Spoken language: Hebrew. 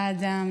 אדם,